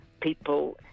people –